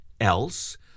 else